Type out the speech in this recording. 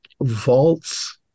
vaults